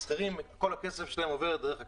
אצל השכירים כל הכסף עובר דרך הכספומט.